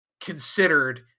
considered